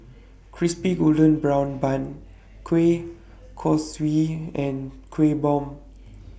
Crispy Golden Brown Bun Kueh Kosui and Kueh Bom